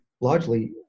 largely